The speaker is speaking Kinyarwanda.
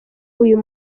uyu